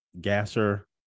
Gasser